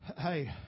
hey